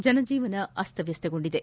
ಜನ ಜೀವನ ಅಸ್ತವ್ಯಸ್ತಗೊಂಡಿದೆ